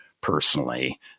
personally